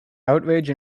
outrage